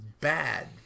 bad